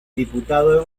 diputado